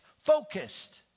focused